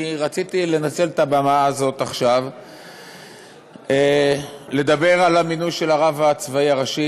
אני רציתי לנצל את הבמה הזאת עכשיו לדבר על המינוי של הרב הצבאי הראשי